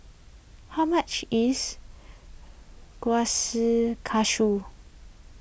how much is